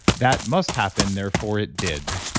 that must happen, therefore it did,